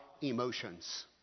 emotions